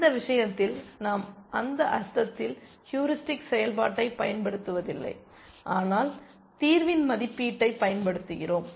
இந்த விஷயத்தில் நாம் அந்த அர்த்தத்தில் ஹூரிஸ்டிக் செயல்பாட்டைப் பயன்படுத்துவதில்லை ஆனால் தீர்வின் மதிப்பீட்டைப் பயன்படுத்துகிறோம்